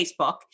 Facebook